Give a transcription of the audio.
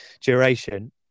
duration